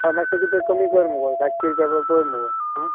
हय मातशें कितें कमी कर मुगो सातशीं रुपया पय मुगो आं